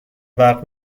برق